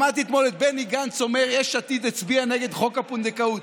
שמעתי אתמול את בני גנץ אומר שיש עתיד הצביעה נגד חוק הפונדקאות.